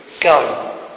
Go